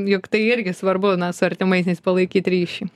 juk tai irgi svarbu na su artimaisiais palaikyt ryšį